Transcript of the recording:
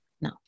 No